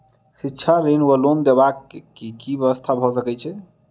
शिक्षा ऋण वा लोन देबाक की व्यवस्था भऽ सकै छै?